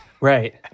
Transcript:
right